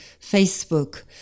Facebook